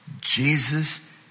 Jesus